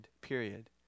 period